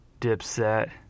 Dipset